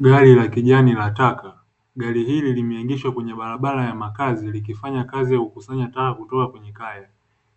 Gari la kijani la taka, gari hili limeegeshwa kwenye barabara ya makazi likifanya kazi ya kukusanya takataka kutoka kwenye kaya,